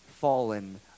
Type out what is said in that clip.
fallen